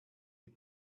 die